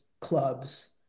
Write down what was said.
clubs